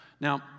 Now